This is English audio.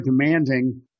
demanding